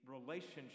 relationship